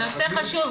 הנושא חשוב.